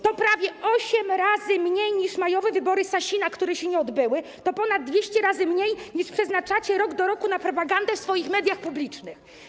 To prawie 8 razy mniej niż majowe wybory Sasina, które się nie odbyły, to ponad 200 razy mniej, niż przeznaczacie rok do roku na propagandę w swoich mediach publicznych.